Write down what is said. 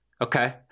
Okay